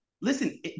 Listen